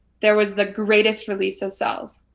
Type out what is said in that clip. there was the greatest release of cells.